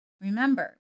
Remember